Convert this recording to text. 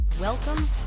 Welcome